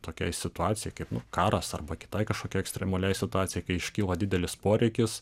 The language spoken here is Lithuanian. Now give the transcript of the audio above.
tokiai situacijai kaip nu karas arba kitai kažkokiai ekstremaliai situacijai kai iškyla didelis poreikis